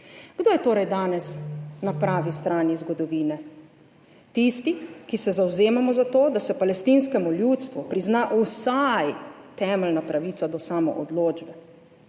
Kdo je torej danes na pravi strani zgodovine? Tisti, ki se zavzemamo za to, da se palestinskemu ljudstvu prizna vsaj temeljna pravica do samoodločbe,